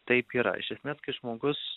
taip yra iš esmės kai žmogus